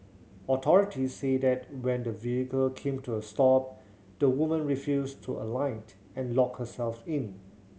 authorities said that when the vehicle came to a stop the woman refused to alight and locked herself in